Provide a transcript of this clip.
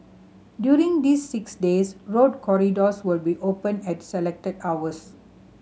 during these six days road corridors will be open at selected hours